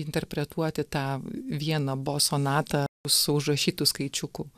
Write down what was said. interpretuoti tą vieną bo sonatą su užrašytu skaičiuku